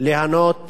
ליהנות